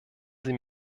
sie